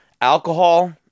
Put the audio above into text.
Alcohol